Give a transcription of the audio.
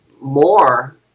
more